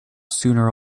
sooner